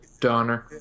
Donner